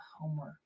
homework